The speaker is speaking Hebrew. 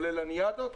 כולל לניאדו,